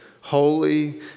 holy